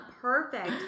perfect